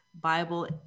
Bible